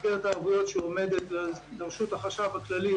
מסגרת הערבויות שעומדת לרשות החשב הכללי